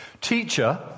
Teacher